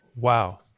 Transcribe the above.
Wow